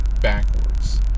backwards